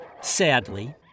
Sadly